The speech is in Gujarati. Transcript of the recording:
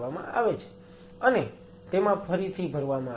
અને તેમાં ફરીથી ભરવામાં આવે છે